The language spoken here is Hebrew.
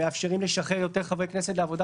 שמאפשרים לשחרר יותר חברי כנסת לעבודה